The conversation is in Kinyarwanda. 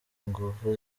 inguvu